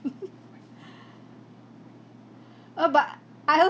uh but I